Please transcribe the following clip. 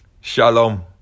Shalom